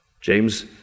James